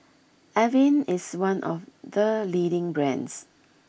Avene is one of the leading brands